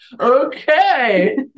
okay